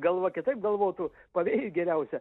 galva kitaip galvotų pavėjui geriausia